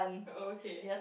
okay